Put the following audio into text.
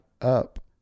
up